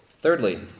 Thirdly